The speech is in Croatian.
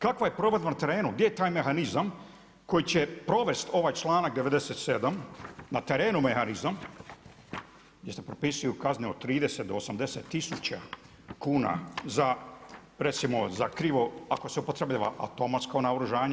Kakva je provedba na terenu, gdje je taj mehanizam koji će provesti ovaj članak 97. na terenu mehanizam gdje se propisuju kazne od 30 do 80 000 kuna za recimo za krivo, ako se upotrebljava automatsko naoružanje.